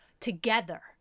together